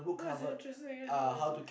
no it's damn interesting it's intersting